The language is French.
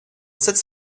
sept